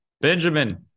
Benjamin